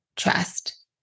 trust